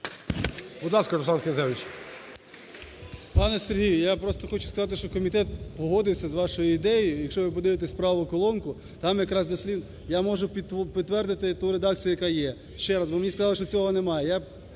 Пане Сергію, я просто хочу сказати, що комітет погодився з вашою ідеєю. І якщо ви подивитесь праву колонку, там якраз… я можу підтвердити ту редакцію, яка є, ще раз, бо мені сказали, що цього немає.